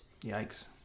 Yikes